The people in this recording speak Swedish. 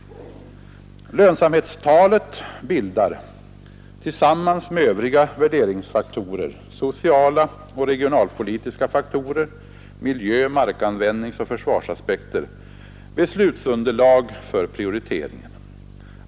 Lönsamhetstalet bildar tillsammans med övriga värderingsfaktorer — sociala och regionalpolitiska faktorer, miljö-, markanvändningsoch försvarsaspekter — beslutsunderlag för prioriteringen.